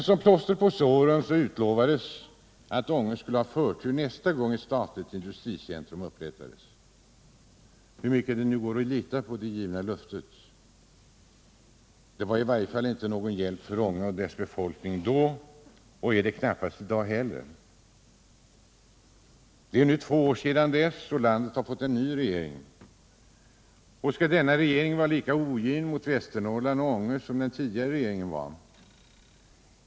Som plåster på såren utlovades att Ånge skulle ha förtur nästa gång ett statligt industricentrum inrättades. Frågan är bara hur mycket det nu går att lita på det då givna löftet. Det var inte till någon hjälp för Ånge och dess befolkning då, och det lär väl knappast vara det i dag heller. Det är nu två år sedan dess, och landet har fått en ny regering. Skall denna regering vara lika ogin mot Västernorrland och Ånge som den tidigare regeringen var?